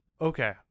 Okay